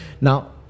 now